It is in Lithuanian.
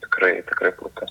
tikrai tikrai plati